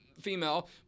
female